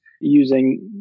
using